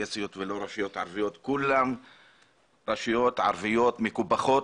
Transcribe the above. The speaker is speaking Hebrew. צ'רקסיות ולא רשויות ערביות כולם רשויות ערביות מקופחות